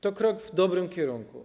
To krok w dobrym kierunku.